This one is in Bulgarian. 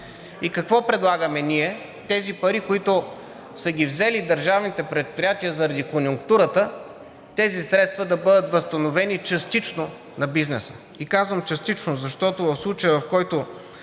Какво предлагаме ние? Тези пари, които са ги взели държавните предприятия заради конюнктурата, тези средства да бъдат възстановени частично на бизнеса. И казвам частично, защото в случая, в който